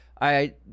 I-